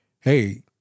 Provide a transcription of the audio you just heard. Hey